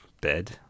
bed